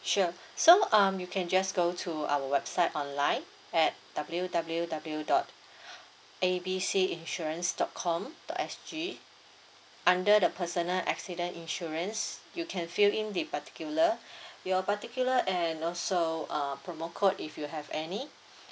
sure so um you can just go to our website online at W W W dot A B C insurance dot com dot S G under the personal accident insurance you can fill in the particular your particular and also uh promo code if you have any